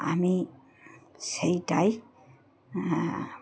আমি সেইটাই